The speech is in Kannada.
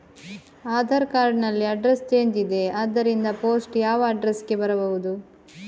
ಆಧಾರ್ ಕಾರ್ಡ್ ನಲ್ಲಿ ಅಡ್ರೆಸ್ ಚೇಂಜ್ ಇದೆ ಆದ್ದರಿಂದ ಪೋಸ್ಟ್ ಯಾವ ಅಡ್ರೆಸ್ ಗೆ ಬರಬಹುದು?